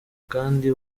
kandi